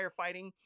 firefighting